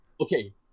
Okay